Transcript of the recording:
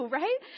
right